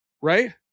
Right